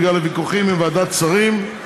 בגלל הוויכוחים עם ועדת השרים.